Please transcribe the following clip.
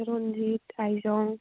Ranjit आइजं